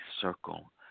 circle